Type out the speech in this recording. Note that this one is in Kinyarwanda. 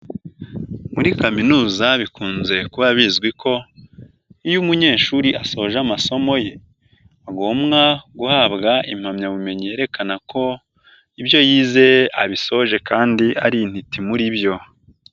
Muri kaminuza bikunze kuba bizwi ko iyo umunyeshuri asoje amasomo ye, agomwa guhabwa impamyabumenyi yerekana ko ibyo yize abisoje kandi ari intiti muri byo.